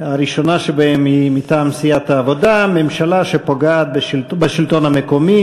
ערך שעת עבודה ועלויות בשל תנאים משתנים),